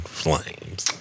flames